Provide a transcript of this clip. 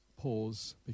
pause